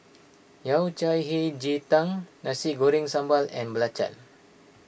Yao Cai Hei Ji Tang Nasi Goreng Sambal and Belacan